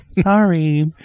Sorry